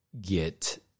get